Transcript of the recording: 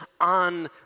on